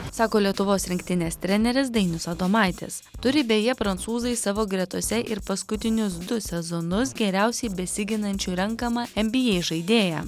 sako lietuvos rinktinės treneris dainius adomaitis turi beje prancūzai savo gretose ir paskutinius du sezonus geriausiai besiginančiu renkamą nba žaidėją